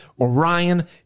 Orion